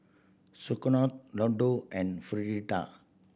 Sauerkraut Ladoo and Fritada